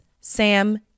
Sam